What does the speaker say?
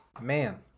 man